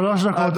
שלוש דקות לרשותך.